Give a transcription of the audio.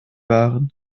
waren